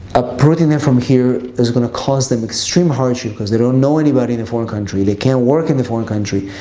uprooting them from here is going to cause them extreme hardship cause they don't know anybody in a foreign country. they can't work in the foreign country.